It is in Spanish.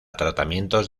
tratamientos